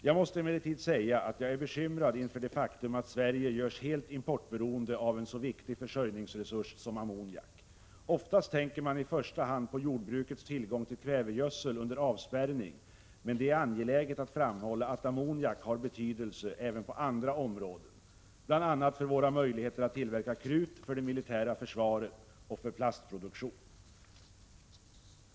Jag måste emellertid säga att jag är bekymrad inför det faktum att Sverige görs helt importberoende av en så viktig försörjningsresurs som ammoniak. Oftast tänker man i första hand på jordbrukets behov av tillgång på kvävegödsel under avspärrning, men det är angeläget att framhålla att ammoniak har betydelse även på andra områden, bl.a. för våra möjligheter att tillverka krut för det militära försvaret och för plastproduktion.